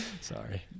sorry